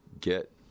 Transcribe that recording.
get